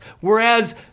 Whereas